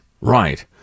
Right